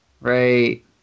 right